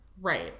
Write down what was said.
Right